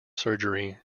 surgery